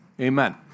amen